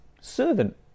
servant